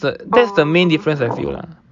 orh